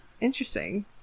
interesting